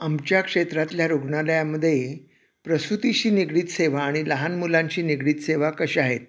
आमच्या क्षेत्रातल्या रुग्णालयामध्ये प्रसूतीशी निगडीत सेवा आणि लहान मुलांशी निगडीत सेवा कशा आहेत